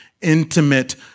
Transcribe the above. intimate